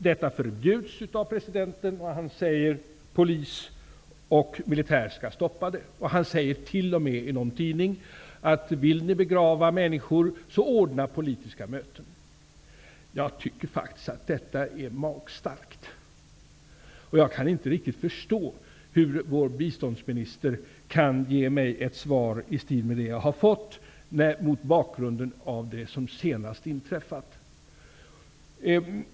Detta förbjöds av presidenten. Han säger att polis och militär skall stoppa det. Han säger t.o.m. i någon tidning: Vill ni begrava människor, så ordna politiska möten! Jag tycker faktiskt att detta är magstarkt. Jag kan inte riktigt förstå hur vår biståndsminister kan ge mig ett svar i stil med det jag har fått mot bakgrund av det som senast inträffat.